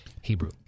Hebrew